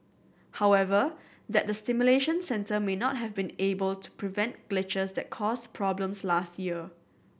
however that the simulation centre may not have been able to prevent glitches that caused problems last year